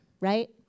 right